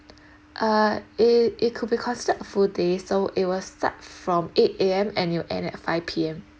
uh it it could be considered full day so it will start from eight A_M and you end at five P_M